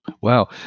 Wow